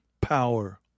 Power